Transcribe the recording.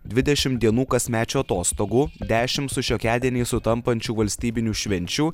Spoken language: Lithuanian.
dvidešim dienų kasmečių atostogų dešim su šiokiadieniais sutampančių valstybinių švenčių